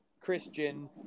Christian